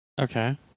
Okay